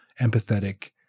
empathetic